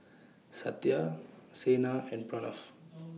Satya Saina and Pranav's